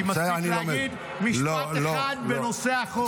כי מספיק להגיד משפט אחד בנושא החוק.